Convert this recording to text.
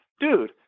Dude